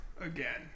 again